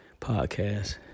podcast